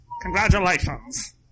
Congratulations